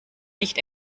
nicht